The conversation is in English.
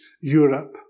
Europe